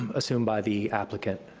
assumed by the applicant,